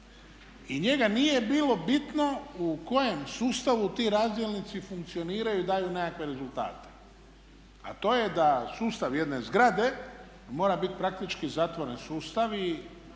i njega nije bilo bitno u kojem sustavu ti razdjelnici funkcioniraju i daju nekakve rezultate, a to je da sustav jedne zgrade mora bit praktički zatvoren sustav i